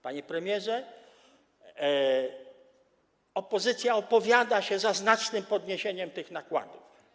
Panie premierze, opozycja opowiada się za znacznym podniesieniem tych nakładów.